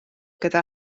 gyda